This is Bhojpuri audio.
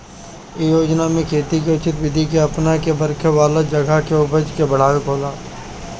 इ योजना में खेती के उचित विधि के अपना के बरखा वाला जगह पे उपज के बढ़ावे के होला